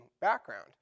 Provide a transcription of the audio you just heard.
background